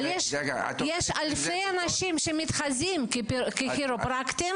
אבל יש אלפי אנשים שמתחזים ככירופרקטים